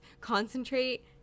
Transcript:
concentrate